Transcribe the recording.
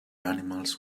animals